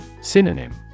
Synonym